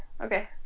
okay